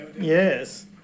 Yes